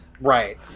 Right